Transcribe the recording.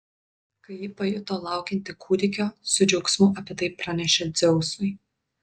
kai ji pajuto laukianti kūdikio su džiaugsmu apie tai pranešė dzeusui